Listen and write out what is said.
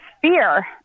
fear